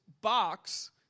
box